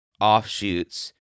offshoots